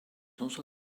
also